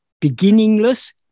beginningless